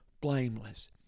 blameless